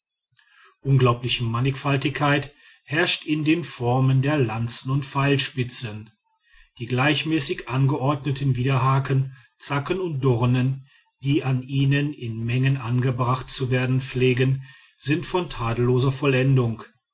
unglaubliche mannigfaltigkeit herrscht in den formen der lanzen und pfeilspitzen die gleichmäßig angeordneten widerhaken zacken und dornen die an ihnen in menge angebracht zu werden pflegen sind von tadelloser vollendung